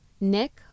Nick